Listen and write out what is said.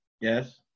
Yes